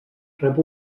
rep